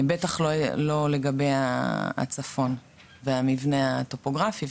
בטח לא לגבי הצפון והמבנה הטופוגרפי,